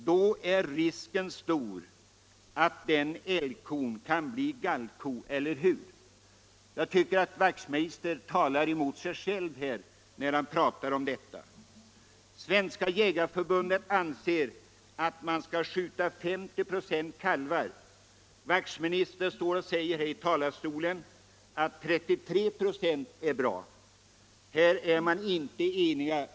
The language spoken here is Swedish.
Då är risken stor att om kalven skjuts att älgkon kan bli gallko, eller hur? Jag tycker att herr Wachtmeister talar mot sig själv i detta fall. Svenska jägareförbundet anser att man till 50 96 skall skjuta kalvar. Herr Wachtmeister står och säger här i talarstolen att 33 96 är bra. Här är man således enig.